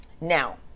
now